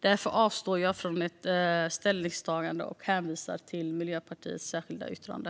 Därför avstår jag från ett ställningstagande och hänvisar till Miljöpartiets särskilda yttrande.